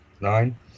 Nine